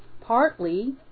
partly